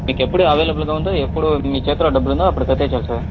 మీకు ఎప్పుడు అవైలబుల్గా ఉందో ఎప్పుడు మీ చేతిలో డబ్బులు ఉందో అప్పుడు కట్టేయొచ్చు సార్